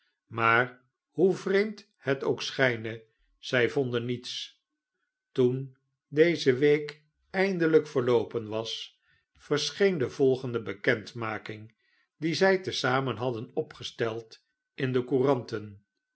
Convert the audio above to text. maar hoe vreemd het ook schijne zij vonden niets toen deze week eindelijk verloopen was verscheen de volgende bekendmaking die zij te zamen hadden opgesteld in de couranten